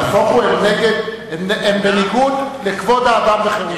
נהפוך הוא, הם בניגוד לכבוד האדם וחירותו.